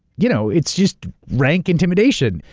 you know it's just rank intimidation,